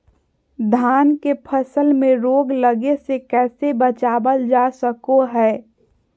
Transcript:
धान के फसल में रोग लगे से कैसे बचाबल जा सको हय?